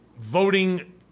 voting